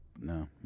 No